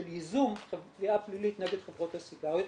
של ייזום תביעה פלילית נגד חברות הסיגריות,